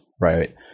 right